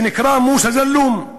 שנקרא מוסא זלום.